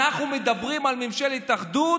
אנחנו מדברים על ממשלת אחדות,